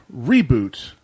reboot